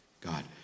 God